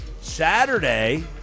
Saturday